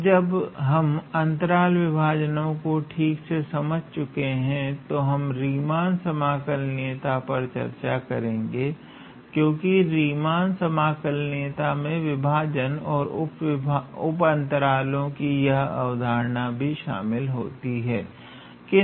अब जब हम अंतराल विभाजन को ठीक से समझ चुके हैं हम रीमान समाकलनीयता पर चर्चा करेंगे क्योकि रीमान समाकलनीयता मे विभाजन तथा उप अंतरालों की यह अवधारणाएं भी शामिल होती हैं